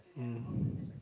mm